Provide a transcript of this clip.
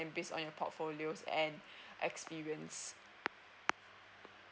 based on your portfolios and experience